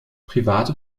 private